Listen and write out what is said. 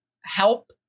help